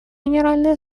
генеральной